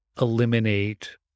eliminate